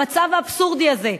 המצב האבסורדי הזה,